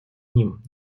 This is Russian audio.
ним